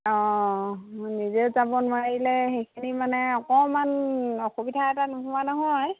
অঁ নিজেও যাব নোৱাৰিলে সেইখিনি মানে অকণমান অসুবিধা এটা নোহোৱা নহয়